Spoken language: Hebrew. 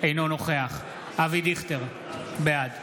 אינו נוכח אבי דיכטר, בעד